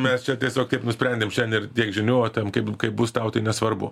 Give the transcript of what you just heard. mes čia tiesiog kaip nusprendėm šian ir tiek žinių o ten kaip kaip bus tau tai nesvarbu